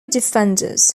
defenders